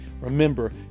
remember